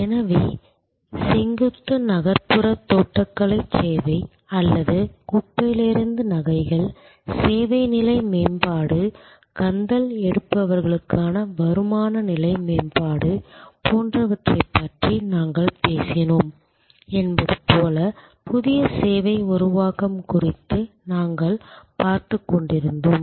எனவே செங்குத்து நகர்ப்புற தோட்டக்கலை சேவை அல்லது குப்பையிலிருந்து நகைகள் சேவை நிலை மேம்பாடு கந்தல் எடுப்பவர்களுக்கான வருமான நிலை மேம்பாடு போன்றவற்றைப் பற்றி நாங்கள் பேசினோம் என்பது போல புதிய சேவை உருவாக்கம் குறித்து நாங்கள் பார்த்துக் கொண்டிருந்தோம்